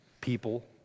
people